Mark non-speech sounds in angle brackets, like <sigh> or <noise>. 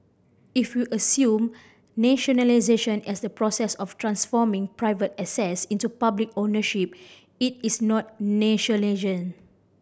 if we assume nationalisation as the process of transforming private assets into public ownership it is not <unintelligible>